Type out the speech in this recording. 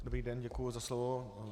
Dobrý den, děkuji za slovo.